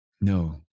No